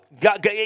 got